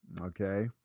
okay